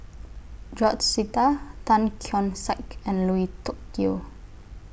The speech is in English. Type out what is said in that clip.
George Sita Tan Keong Saik and Lui Tuck Yew